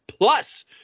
Plus